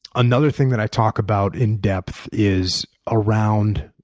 another thing that i talk about in depth is around